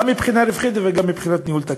גם מבחינה הרווחים וגם מבחינת ניהול תקין.